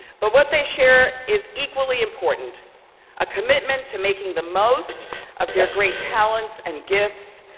but what they share is equally important a commitment to making the most of their great talents and gifts,